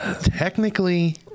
technically